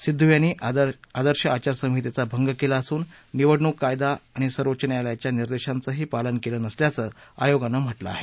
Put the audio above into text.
सिद्धू यांनी आदर्श आचारसंहितेचा भंग केला असून निवडणूक कायदा आणि सर्वोच्च न्यायालयाच्या निर्देशांचही पालन केलं नसल्याचं आयोगानं म्हटलं आहे